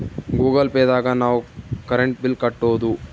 Google Pay ದಾಗ ನಾವ್ current bill ಕಟ್ಟೋದು